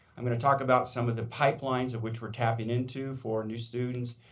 i'm going to talk about some of the pipelines of which we are tapping into for new students,